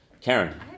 Karen